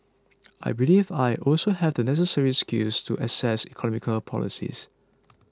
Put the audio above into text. I believe I also have the necessary skills to assess economic policies